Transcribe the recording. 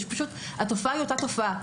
התופעה היא אותה התופעה.